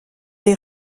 les